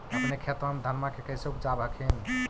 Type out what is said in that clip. अपने खेतबा मे धन्मा के कैसे उपजाब हखिन?